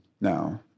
now